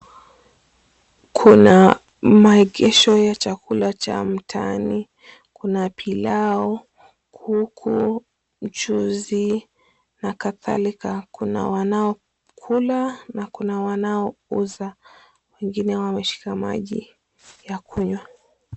Kuna maegesho ya chakula cha mtaani, kuna pilau, kuku, mchuzi na kadhalika. Kuna wanaokula na kuna wanaouza, wengine wameshika maji ya kunywa.